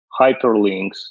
hyperlinks